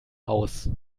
aus